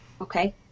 okay